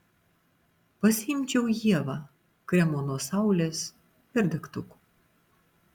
pasiimčiau ievą kremo nuo saulės ir degtukų